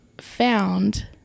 found